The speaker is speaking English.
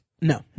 No